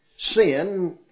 sin